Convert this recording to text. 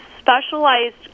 specialized